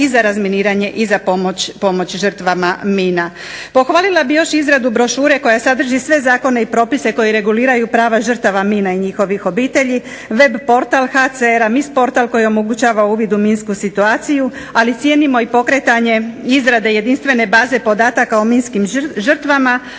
i za razminiranje i za pomoć žrtvama mina.